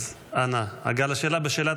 אנא, הגע לשאלה.